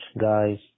guys